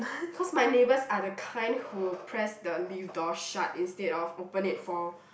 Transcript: cause my neighbours are the kind who will press the lift door shut instead of open it for